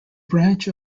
branch